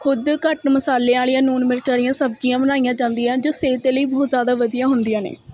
ਖੁਦ ਘੱਟ ਮਸਾਲੇ ਵਾਲੀਆਂ ਨੂਣ ਮਿਰਚ ਵਾਲੀਆਂ ਸਬਜ਼ੀਆਂ ਬਣਾਈਆਂ ਜਾਂਦੀਆਂ ਜੋ ਸਿਹਤ ਦੇ ਲਈ ਬਹੁਤ ਜ਼ਿਆਦਾ ਵਧੀਆ ਹੁੰਦੀਆਂ ਨੇ